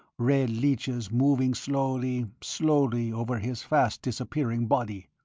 red leeches moving slowly, slowly over his fast-disappearing body.